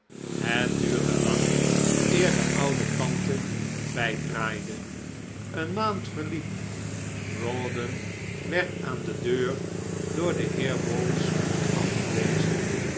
het duurde lang eer de oude tante bijdraaide een maand verliep rawdon werd aan de deur door den heer bowls afgewezen